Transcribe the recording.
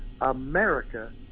America